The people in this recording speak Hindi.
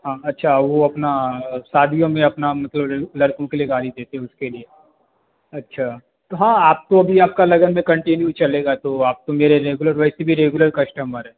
हाँ अच्छा वो अपना शादियों में अपना मतलब लड़कों के लिए गाड़ी देते हो उसके लिए अच्छा तो हाँ आप तो अभी आपका लगन में कंटिन्यू चलेगा तो आप तो मेरे रेगुलर वैसे भी रेगुलर कश्टमर हैं